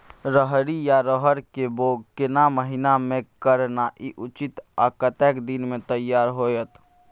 रहरि या रहर के बौग केना महीना में करनाई उचित आ कतेक दिन में तैयार होतय?